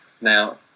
Now